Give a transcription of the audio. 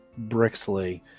Brixley